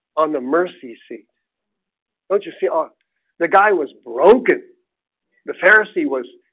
on the mercy seat don't you see on the guy was broken the pharisee was?